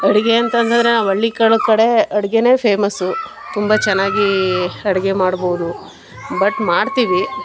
ಅಡುಗೆ ಅಂತ ಅಂದ್ರೆ ನಾವು ಹಳ್ಳಿಗಳ ಕಡೆ ಅಡುಗೆಯೇ ಫೇಮಸ್ಸು ತುಂಬ ಚೆನ್ನಾಗಿ ಅಡುಗೆ ಮಾಡ್ಬೌದು ಬಟ್ ಮಾಡ್ತೀವಿ